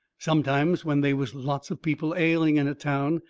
sometimes, when they was lots of people ailing in a town,